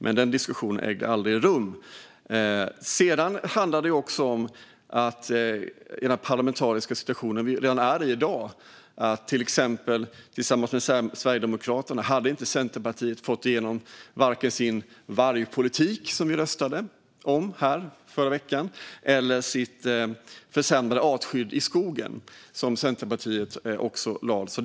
Men den diskussionen ägde aldrig rum. Sedan handlar det om den parlamentariska situation vi redan i dag är i. Utan Sverigedemokraterna hade inte Centerpartiet fått igenom vare sig sin vargpolitik, som vi röstade om här förra veckan, eller sitt försämrade artskydd i skogen.